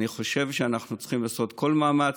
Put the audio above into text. אני חושב שאנחנו צריכים לעשות כל מאמץ,